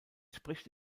spricht